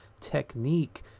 Technique